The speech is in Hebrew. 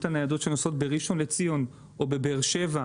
הניידות שנוסעות בראשון לציון או בבאר-שבע,